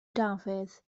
dafydd